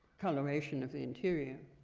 coloration of the interior,